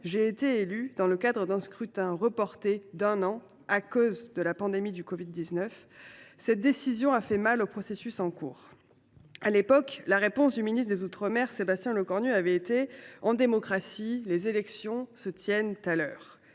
même été élue dans le cadre d’un scrutin reporté d’un an à cause de la pandémie du covid 19. Cette décision a fait mal au processus en cours. À l’époque, le ministre des outre mer, Sébastien Lecornu, avait déclaré :« En démocratie, les élections se tiennent à l’heure.